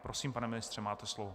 Prosím, pane ministře, máte slovo.